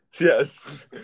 yes